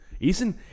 Eason